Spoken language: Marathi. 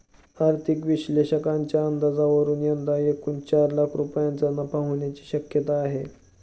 आर्थिक विश्लेषकांच्या अंदाजावरून यंदा एकूण चार लाख रुपयांचा नफा होण्याची शक्यता आहे